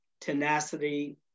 tenacity